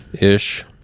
Ish